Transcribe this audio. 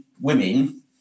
women